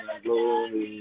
glory